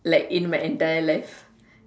like in my entire life